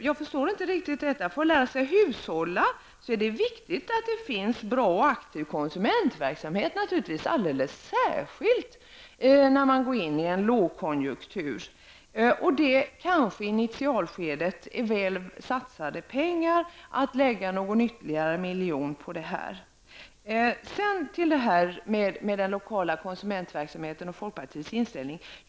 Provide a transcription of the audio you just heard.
Jag förstår inte riktigt resonemanget. När man skall lära sig att hushålla är det ju viktigt att det finns en bra och aktiv konsumentverksamhet. Det gäller alldeles särskilt när man går in i en lågkonjunktur. I initialskedet är det nog väl satsade pengar om ytterligare någon miljon kunde anslås för detta ändamål. Så något om den lokala konsumentverksamheten och folkpartiets inställning i det avseendet.